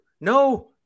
No